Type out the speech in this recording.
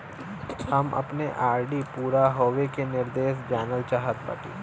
हम अपने आर.डी पूरा होवे के निर्देश जानल चाहत बाटी